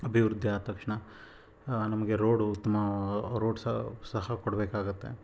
ಅಭಿವೃದ್ದಿಯಾದ ತಕ್ಷಣ ನಮಗೆ ರೋಡು ಉತ್ತಮ ರೋಡ್ ಸಹ ಸಹ ಕೊಡಬೇಕಾಗುತ್ತೆ